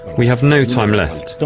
we have no time left.